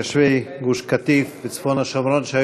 מתיישבי גוש-קטיף וצפון השומרון שהיו